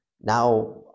now